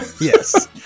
Yes